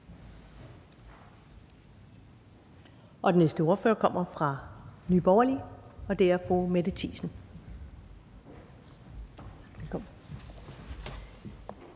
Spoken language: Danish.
og den næste ordfører kommer fra Nye Borgerlige, og det er fru Mette Thiesen. Velkommen.